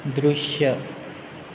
दृश्य